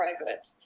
private